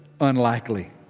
unlikely